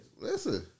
Listen